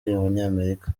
abanyamerika